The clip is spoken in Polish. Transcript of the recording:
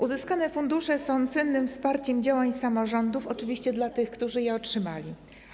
Uzyskane fundusze są cennym wsparciem działań samorządów, oczywiście tych, które je otrzymały.